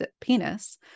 penis